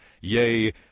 Yea